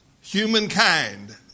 humankind